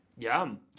Yum